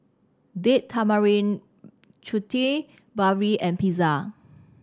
Date Tamarind Chutney Barfi and Pizza